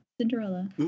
Cinderella